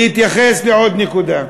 להתייחס לעוד נקודה.